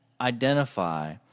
identify